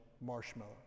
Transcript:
marshmallow